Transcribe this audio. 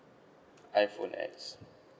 iPhone X